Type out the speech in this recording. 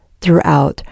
throughout